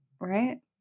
Right